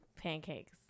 Pancakes